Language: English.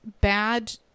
bad